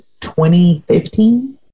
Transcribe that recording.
2015